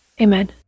Amen